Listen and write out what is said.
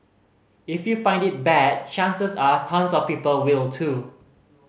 if you find it bad chances are tons of people will too